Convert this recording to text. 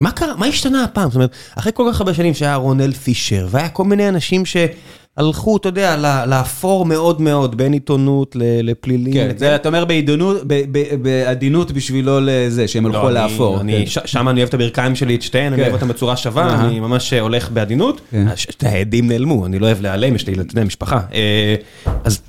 מה קרה, מה השתנה הפעם, זאת אומרת, אחרי כל כך הרבה שנים שהיה רונלד פישר והיה כל מיני אנשים שהלכו, אתה יודע, לאפור מאוד מאוד בין עיתונות לפלילים. כן, אתה אומר בעדינות בשביל לא לזה, שהם הלכו לאפור. שם אני אוהב את הברכיים שלי את שתייהן, אני אוהב אותם בצורה שווה, אני ממש הולך בעדינות, שני העדים נעלמו, אני לא אוהב להיעלם, יש לי ילדים, אתה יודע, משפחה.